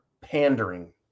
pandering